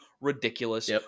ridiculous